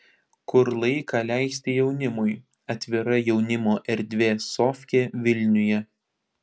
kur laiką leisti jaunimui atvira jaunimo erdvė sofkė vilniuje